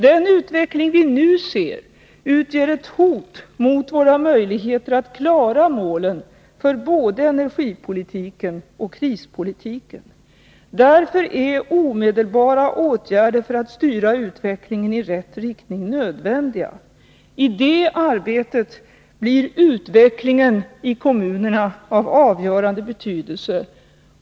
Den utveckling vi nu ser utgör ett hot mot våra möjligheter att klara målen för både energipolitiken och krispolitiken. Därför är omedelbara åtgärder för att styra utvecklingen i rätt riktning nödvändiga. I det arbetet blir utvecklingen i kommunerna av avgörande betydelse.